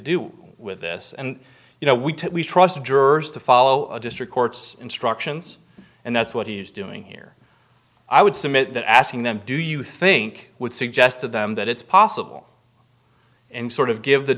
do with this and you know we trust jurors to follow the district court's instructions and that's what he's doing here i would submit that asking them do you think would suggest to them that it's possible and sort of give the